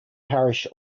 parish